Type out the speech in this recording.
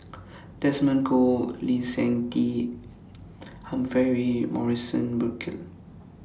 Desmond Kon Lee Seng Tee Humphrey Morrison Burkill